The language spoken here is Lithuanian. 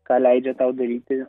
ką leidžia daryti